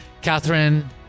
Catherine